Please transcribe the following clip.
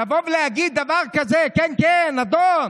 לבוא ולהגיד דבר כזה, כן, כן, אדון,